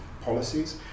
policies